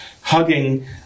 hugging